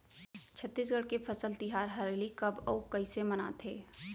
छत्तीसगढ़ के फसल तिहार हरेली कब अउ कइसे मनाथे?